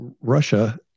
Russia